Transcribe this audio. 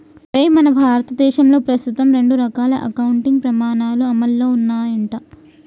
ఒరేయ్ మన భారతదేశంలో ప్రస్తుతం రెండు రకాల అకౌంటింగ్ పమాణాలు అమల్లో ఉన్నాయంట